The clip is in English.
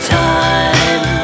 time